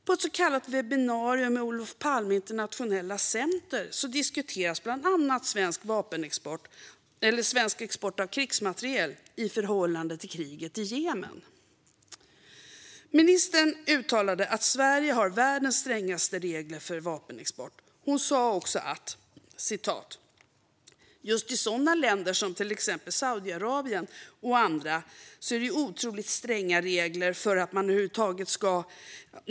På ett så kallat webbinarium med Olof Palme International Center diskuterades bland annat svensk export av krigsmateriel i förhållande till kriget i Jemen. Ministern uttalade att Sverige har världens strängaste regler för vapenexport. Hon sa också: "Just i sådana länder som till exempel Saudiarabien och andra är det otroligt stränga regler för att man över huvud taget ska göra .